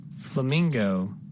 Flamingo